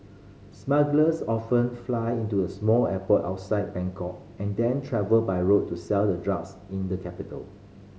smugglers often fly into the small airport outside Bangkok and then travel by road to sell the drugs in the capital